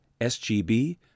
SGB